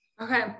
Okay